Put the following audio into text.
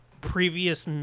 previous